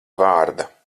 vārda